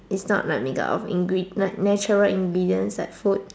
is not like make of ingre like natural ingredients like food